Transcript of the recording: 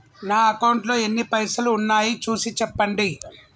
నా అకౌంట్లో ఎన్ని పైసలు ఉన్నాయి చూసి చెప్పండి?